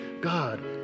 God